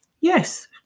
Yes